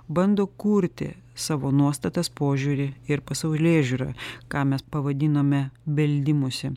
bando kurti savo nuostatas požiūrį ir pasaulėžiūrą ką mes pavadinome beldimusi